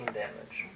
damage